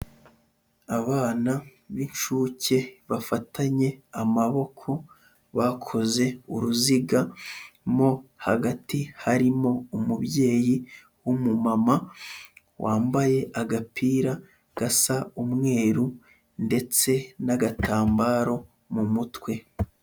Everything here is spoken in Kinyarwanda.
Abana b'inshuke bafatanye amaboko bakoze uruziga, mo hagati harimo umubyeyi w'umumama wambaye agapira gasa umweru, ndetse n'agatambaro mu mutwe.